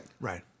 Right